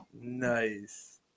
Nice